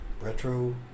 Retro